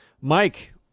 Mike